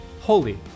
holy